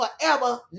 forever